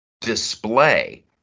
display